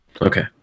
Okay